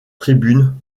tribune